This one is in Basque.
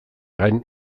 gain